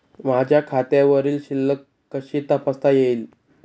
माझ्या खात्यावरील शिल्लक कशी तपासता येईल?